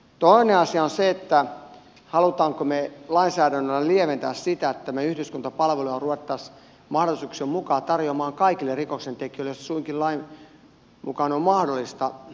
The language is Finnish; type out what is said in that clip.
toinen asia on se haluammeko me lainsäädännöllä lieventää sitä että yhdyskuntapalveluja ruvettaisiin mahdollisuuksien mukaan tarjoamaan kaikille rikoksentekijöille jos se suinkin lain mukaan on mahdollista